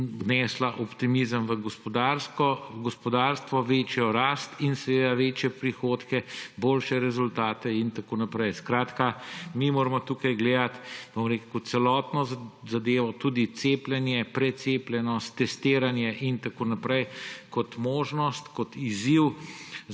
vnesla optimizem v gospodarstvo, večjo rast in seveda večje prihodke, boljše rezultate in tako naprej. Skratka, mi moramo tukaj gledati celotno zadevo – tudi cepljenje, precepljenost, testiranje in tako naprej kot možnost, kot izziv